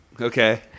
Okay